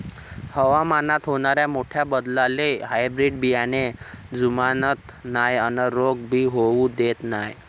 हवामानात होनाऱ्या मोठ्या बदलाले हायब्रीड बियाने जुमानत नाय अन रोग भी होऊ देत नाय